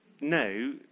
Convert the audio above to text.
No